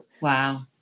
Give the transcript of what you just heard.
Wow